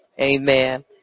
Amen